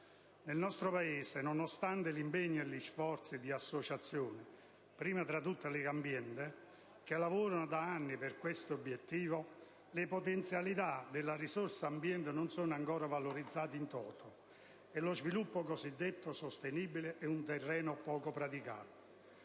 Nel nostro Paese, nonostante l'impegno e gli sforzi di associazioni - prima tra tutte Legambiente - che lavorano da anni per questo obiettivo, le potenzialità della risorsa ambiente non sono ancora valorizzate *in toto*, e lo sviluppo cosiddetto sostenibile è un terreno poco praticato.